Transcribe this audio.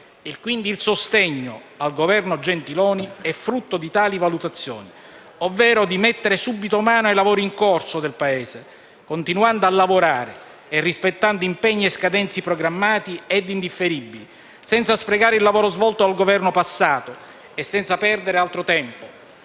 il sostegno al governo Gentiloni Silveri, è frutto di tali valutazioni, ovvero di mettere subito mano ai «lavori in corso» del Paese, continuando a lavorare e rispettando impegni e scadenze programmati e indifferibili, senza sprecare il lavoro svolto dal Governo passato e senza perdere altro tempo.